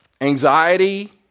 anxiety